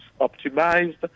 optimized